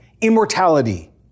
immortality